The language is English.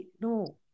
No